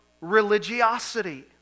religiosity